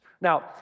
Now